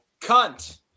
Cunt